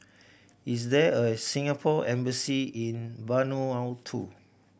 is there a Singapore Embassy in Vanuatu